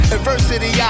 Adversity